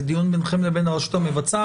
זה דיון ביניכם לבין הרשות המבצעת.